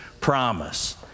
promise